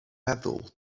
meddwl